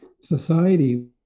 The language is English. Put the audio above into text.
society